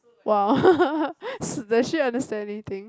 !wow! s~ does she understand anything